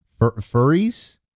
furries